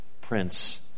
Prince